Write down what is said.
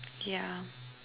yeah